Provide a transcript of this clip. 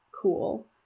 cool